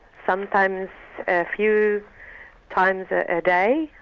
sometimes a few times a a day,